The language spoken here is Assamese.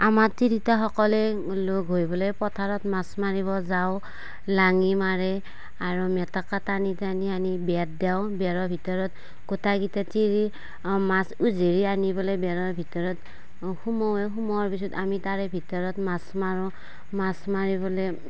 আমাৰ তিৰোতাসকলে লগ হৈ পেলাই পথাৰত মাছ মাৰিব যাওঁ লাঙি মাৰে আৰু মেটেকা টানি টানি আনি বেৰ দিওঁ বেৰৰ ভিতৰত গোটইকেইটা তিৰি মাছ উজাৰি আনি পেলাই বেৰাৰ ভিতৰত সোমোৱাই সোমোৱাৰ পিছত আমি তাৰে ভিতৰত মাছ মাৰোঁ মাছ মাৰিবলৈ